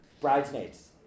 Bridesmaids